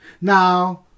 Now